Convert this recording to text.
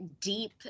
deep